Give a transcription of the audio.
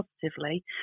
positively